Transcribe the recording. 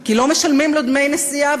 כי לא משלמים לו דמי נסיעה,